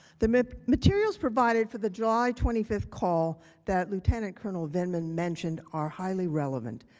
the materials provided for the july twenty five call that lieutenant colonel vindman mentioned are highly relevant.